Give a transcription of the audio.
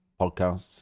podcasts